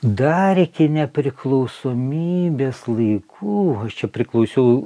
dar iki nepriklausomybės laikų aš čia priklausiau